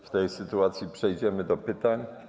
W tej sytuacji przejdziemy do pytań.